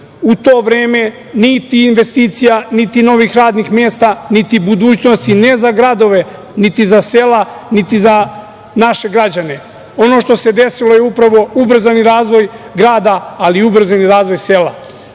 u to vreme niti investicija, niti novih radnih mesta, niti budućnosti, ne za gradove, niti za sela, niti za naše građane. Ono što se desilo je upravo ubrzani razvoj grada, ali i ubrzani razvoj